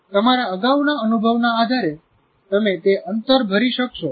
તમારા અગાઉના અનુભવના આધારે તમે તે અંતર ભરી શકશો